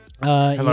hello